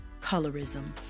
colorism